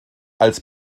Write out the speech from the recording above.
als